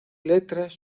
letras